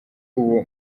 uwo